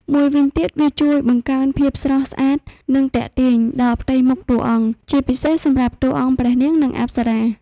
មួយវិញទៀតវាជួយបង្កើនភាពស្រស់ស្អាត និងទាក់ទាញ ដល់ផ្ទៃមុខតួអង្គ ជាពិសេសសម្រាប់តួអង្គព្រះនាង និងអប្សរា។